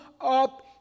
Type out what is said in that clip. up